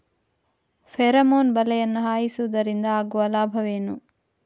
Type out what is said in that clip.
Pheromone ಬಲೆಯನ್ನು ಹಾಯಿಸುವುದರಿಂದ ಆಗುವ ಲಾಭವೇನು?